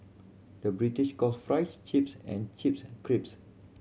the British calls fries chips and chips crisps